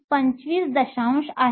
25 आहे